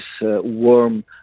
warm